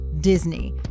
Disney